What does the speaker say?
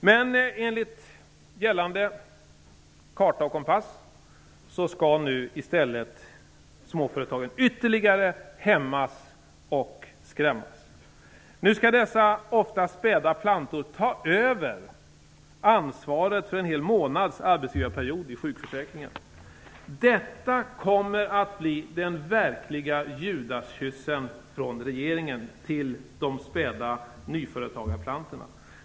Men enligt gällande karta och kompass skall nu i stället småföretagen ytterligare hämmas och skrämmas. Nu skall dessa ofta späda plantor ta över ansvaret för en hel månads arbetsgivarperiod i sjukförsäkringen. Detta kommer att bli en verklig judaskyss från regeringen till de späda nyföretagarplantorna.